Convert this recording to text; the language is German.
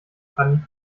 granit